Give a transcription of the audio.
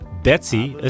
Betsy